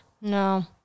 No